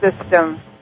system